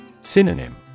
Synonym